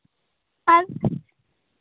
ᱟᱨ